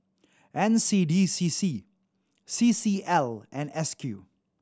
N C D C C C C L and S Q